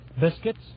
biscuits